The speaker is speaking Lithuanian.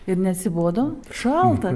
ir neatsibodo šalta